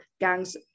gangs